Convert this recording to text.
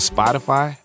Spotify